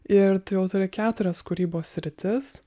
ir tu jau turi keturias kūrybos sritis